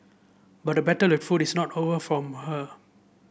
but the battle with food is not over from her